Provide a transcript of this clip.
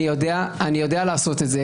אני יודע לעשות את זה,